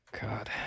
God